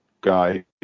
guy